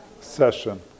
session